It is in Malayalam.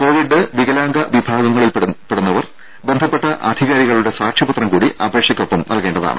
കോവിഡ് വികലാംഗ വിഭാഗങ്ങളിൽ കഴിയുന്നവർ ബന്ധപ്പെട്ട അധികാരികളുടെ സാക്ഷ്യപത്രം കൂടി അപേക്ഷക്കൊപ്പം നൽകേണ്ടതാണ്